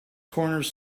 corners